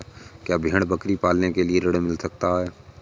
क्या भेड़ बकरी पालने के लिए ऋण मिल सकता है?